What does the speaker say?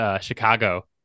Chicago